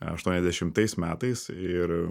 aštuoniasdešimtais metais ir